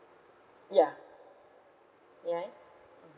ya may I